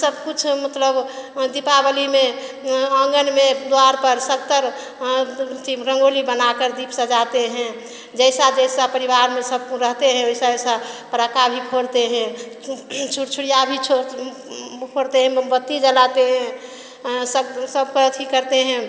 सब कुछ मतलब दीपावली में आँगन में द्वार पर सगतर रंगोली बनाकर दीप सजाते हैं जैसा जैसा परिवार में सब रहते हैं वैसा वैसा पटाखा भी फोड़ते हैं छुरछुरिया भी छोर फोड़ते हैं मोमबत्ती जलाते हैं सब सबका अथि करते हैं